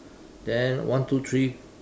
then one two three